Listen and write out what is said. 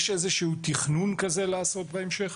יש איזשהו תכנון כזה לעשות בהמשך?